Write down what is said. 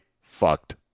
fucked